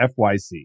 FYC